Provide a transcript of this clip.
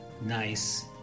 nice